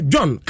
John